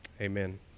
amen